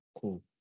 Cool